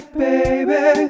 baby